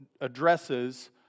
addresses